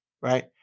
right